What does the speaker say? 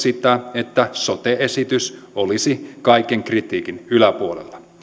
sitä että sote esitys olisi kaiken kritiikin yläpuolella